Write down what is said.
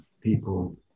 people